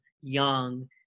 young